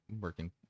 working